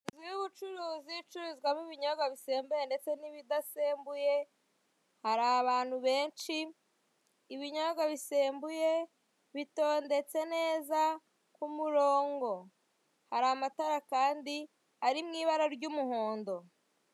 Inzu y'ubucuruzi icururizwamo ibinyobwa bisembuye n'ibidasembuye, hari abantu benshi ibinyobwa bisembuye bitondetse neza ku murongo. Hari amatara kandi ari mu ibara ry'umuhondo.